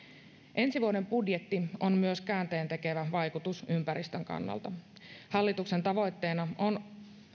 ensi vuoden budjetilla on myös käänteentekevä vaikutus ympäristön kannalta hallituksen tavoitteena on